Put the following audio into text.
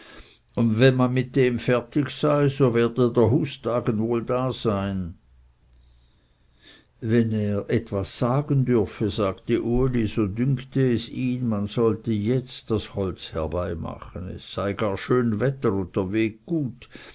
und wenn man mit dem fertig sei so werde der hustagen wohl da sein wenn er etwas sagen dürfe sagte uli so dünkte es ihn man sollte jetzt das holz herbeimachen es sei gar schön wetter und der weg gut